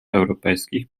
europejskich